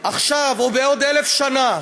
עכשיו או בעוד 1,000 שנה,